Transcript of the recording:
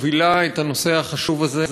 מובילה את הנושא החשוב הזה,